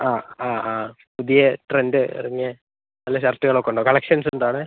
ആ ആ ആ പുതിയ ട്രെൻഡ് ഇറങ്ങിയ നല്ല ഷർട്ടുകൾ ഒക്കെ ഉണ്ടോ കളക്ഷൻസ്ണ്ടോ അവിടെ